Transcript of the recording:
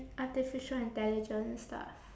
artificial intelligence stuff